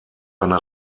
eine